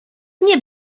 nie